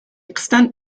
extent